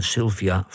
Sylvia